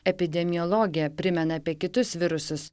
epidemiologė primena apie kitus virusus